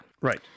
Right